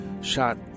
shot